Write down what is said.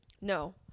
no